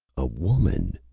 a woman!